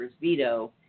veto